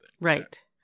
Right